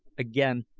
again,